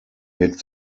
wirkt